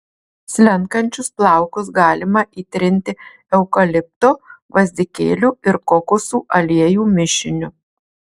slenkančius plaukus galima įtrinti eukalipto gvazdikėlių ir kokosų aliejų mišiniu